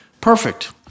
Perfect